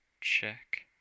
check